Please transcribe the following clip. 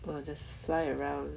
!wah! just fly around